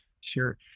Sure